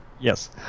Yes